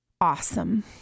awesome